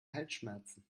halsschmerzen